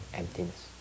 emptiness